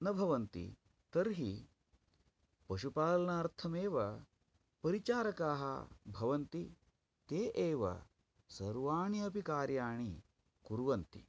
तर्हि पशुपालनार्थमेव परिचारकाः भवन्ति ते एव सर्वाणि अपि कार्याणि कुर्वन्ति